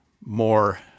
more